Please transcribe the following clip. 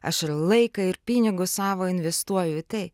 aš ir laiką ir pinigus savo investuoju į tai